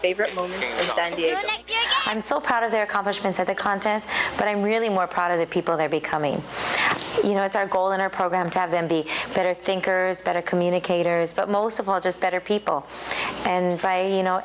favorite movie i'm so proud of their accomplishments at the contests but i'm really more proud of the people they're becoming you know it's our goal in our program to have them be better thinkers better communicators but most of all just better people and